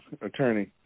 attorney